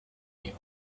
you